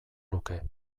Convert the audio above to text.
luke